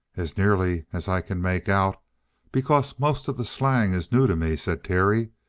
as nearly as i can make out because most of the slang is new to me, said terry,